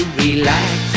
relax